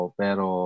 pero